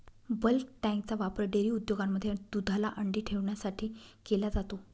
bulk टँकचा वापर dairy उद्योगांमध्ये दुधाला थंडी ठेवण्यासाठी केला जातो